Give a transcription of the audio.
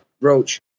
Roach